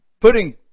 putting